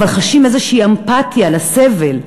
אבל חשים אמפתיה לסבל,